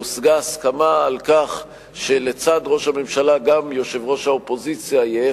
הושגה הסכמה על כך שלצד ראש הממשלה גם יושב-ראש האופוזיציה יהיה